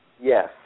Yes